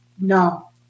no